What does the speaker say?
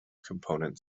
component